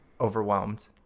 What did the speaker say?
overwhelmed